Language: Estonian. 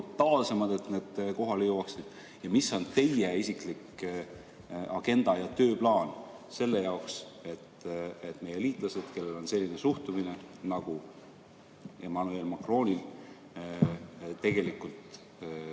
brutaalsemad, et need kohale jõuaksid? Mis on teie isiklik agenda ja tööplaan selleks, et meie liitlased, kellel on selline suhtumine nagu Emmanuel Macronil, saaksid